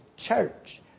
Church